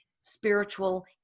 spiritual